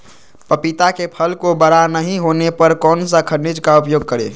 पपीता के फल को बड़ा नहीं होने पर कौन सा खनिज का उपयोग करें?